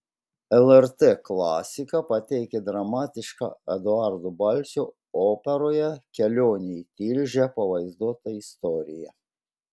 lrt klasika pateikė dramatišką eduardo balsio operoje kelionė į tilžę pavaizduotą istoriją